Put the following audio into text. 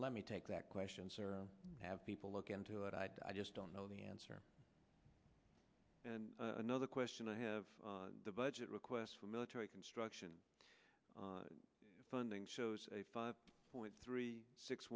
let me take that question have people look into it i just don't know the answer and another question i have the budget requests for military construction funding shows a five point three six